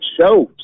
shows